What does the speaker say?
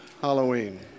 Halloween